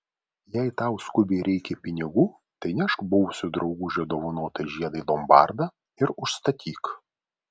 jeigu tau skubiai reikia pinigų tai nešk buvusio draugužio dovanotą žiedą į lombardą ir užstatyk